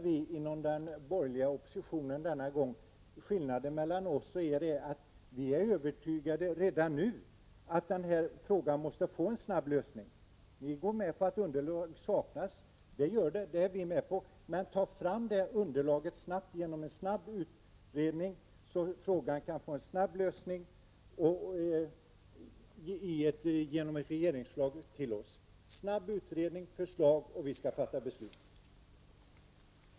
Vi från den borgerliga oppositionen menar denna gång att skillnaden mellan oss och socialdemokraterna är att vi är övertygade redan nu om att denna fråga måste få en snabb lösning. Vi håller med om att underlag saknas, men vi anser att detta underlag skall tas fram snabbt genom att en utredning snarast tillsätts. Sedan får regeringen lägga fram ett förslag, så att frågan snabbt kan få en lösning. Jag menar alltså: Snabb utredning, förslag, och vi skall fatta beslut.